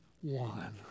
one